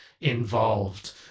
involved